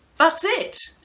that's it.